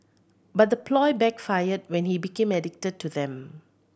but the ploy backfired when he became addicted to them